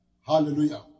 Hallelujah